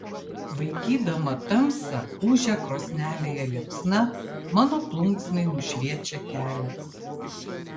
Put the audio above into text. vaikydama tamsą ūžia krosnelėje liepsna mano plunksnai nušviečia kelią